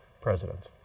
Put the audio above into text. presidents